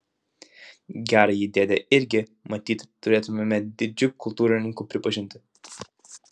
gerąjį dėdę irgi matyt turėtumėme didžiu kultūrininku pripažinti